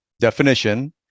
definition